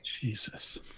Jesus